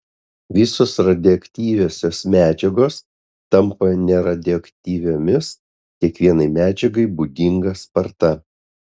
visos radioaktyviosios medžiagos tampa neradioaktyviomis kiekvienai medžiagai būdinga sparta